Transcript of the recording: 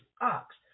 ox